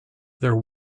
there